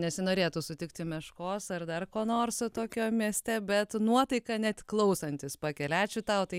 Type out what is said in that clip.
nesinorėtų sutikti meškos ar dar ko nors tokio mieste bet nuotaika net klausantis pakelia ačiū tau tai